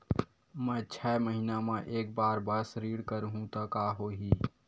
मैं छै महीना म एक बार बस ऋण करहु त का होही?